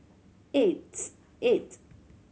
eighth eight